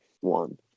one